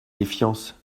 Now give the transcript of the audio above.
défiance